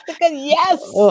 Yes